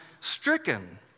stricken